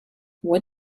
what